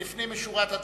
לפנים משורת הדין,